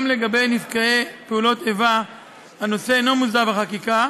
גם לגבי נפגעי פעולות האיבה הנושא אינו מוסדר בחקיקה,